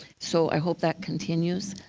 so i hope that continues.